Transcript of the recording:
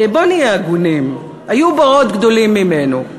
בוא נהיה הגונים, היו בורות גדולים ממנו.